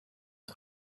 het